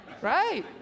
right